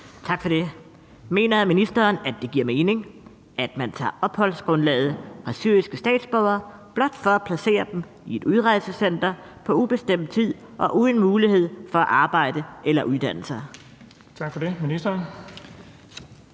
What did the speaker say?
Tak for det. Mener ministeren, at det giver mening, at man tager opholdsgrundlaget fra syriske statsborgere blot for at placere dem i et udrejsecenter på ubestemt tid og uden mulighed for at arbejde eller uddanne sig? Kl. 15:50 Den